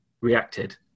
reacted